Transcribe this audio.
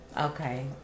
Okay